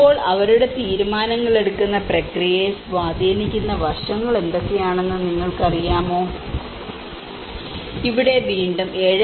ഇപ്പോൾ അവരുടെ തീരുമാനങ്ങൾ എടുക്കുന്ന പ്രക്രിയയെ സ്വാധീനിക്കുന്ന വശങ്ങൾ എന്തൊക്കെയാണെന്ന് നിങ്ങൾക്കറിയാമോ ഇവിടെ വീണ്ടും 7